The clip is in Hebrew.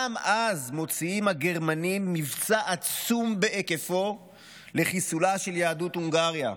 גם אז מוציאים הגרמנים מבצע עצום בהיקפו לחיסולה של יהדות הונגריה.